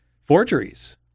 forgeries